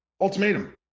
Ultimatum